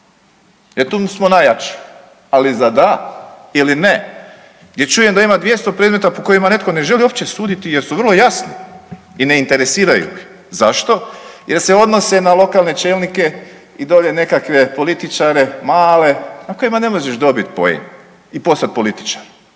jer tu smo najjači, ali za da ili ne gdje čujem da ima 200 predmeta po kojima netko ne želi uopće suditi jer su vrlo jasni i ne interesiraju ih. Zašto? Jer se odnose na lokalne čelnike i dolje nekakve političare male na kojima ne možeš dobiti poen i poslat političar